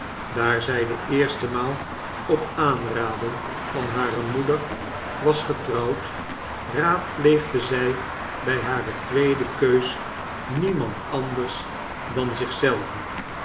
daar zij de eerste maal op aanraden van hare moeder was getrouwd raadpleegde zij bij hare tweede keus niemand anders dan